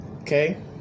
okay